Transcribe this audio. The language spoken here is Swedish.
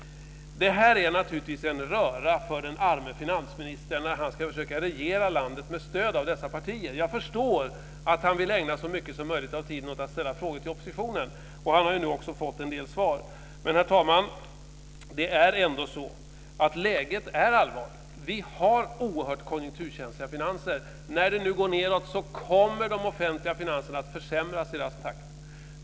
Det är naturligtvis en röra för den arme finansministern när han ska försöka regera landet med stöd av dessa partier. Jag förstår att han vill ägna så mycket som möjligt av tiden åt att ställa frågor till oppositionen. Han har nu också fått en del svar. Herr talman! Det är ändå så att läget är allvarligt. Vi har oerhört konjunkturkänsliga finanser. När det nu går nedåt kommer de offentliga finanserna att försämras i rask takt.